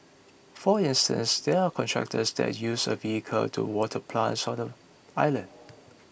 for instance there are contractors that use a vehicle to water plants on them island